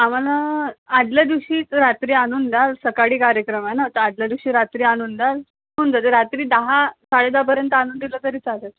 आम्हाला आदल्या दिवशी रात्री आ आणून द्याल सकाळी कार्यक्रम आहे ना तर आदल्या दिवशी रात्री आ आणून द्याल देऊन जा ते रात्री दहा साडेदहापर्यंत आ आणून दिलं तरी चालेल